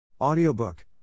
Audiobook